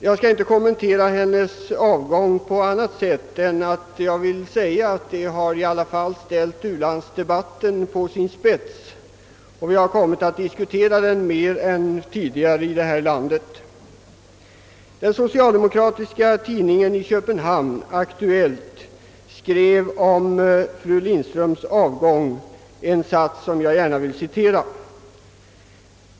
Jag skall inte kommentera hennes avgång på annat sätt än att jag vill säga att den i alla fall har ställt u-landsdebatten på sin spets; vi har kommit att diskutera u-landshjälpen mer än tidigare här i landet. Den socialdemokratiska tidningen i Köpenhamn, Aktuellt, skrev i anledning av fru Lindströms avgång något som jag gärna vill återge.